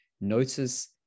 notice